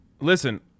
Listen